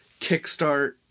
kickstart